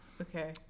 Okay